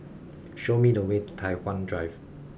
show me the way to Tai Hwan Drive